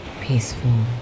peaceful